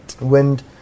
wind